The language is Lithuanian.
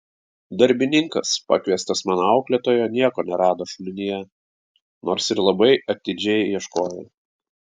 darbininkas pakviestas mano auklėtojo nieko nerado šulinyje nors ir labai atidžiai ieškojo